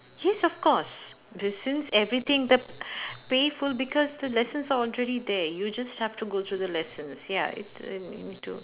yes of course the since everything the paper because the lessons are already there you just have to go through the lessons ya it err you need to